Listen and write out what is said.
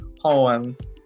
poems